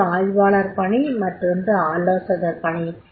ஒன்று ஆய்வாளர் பணி மற்றொன்று ஆலோசகர் பணி